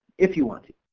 if you want to,